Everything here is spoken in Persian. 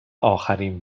اخرین